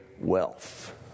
wealth